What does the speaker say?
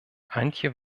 antje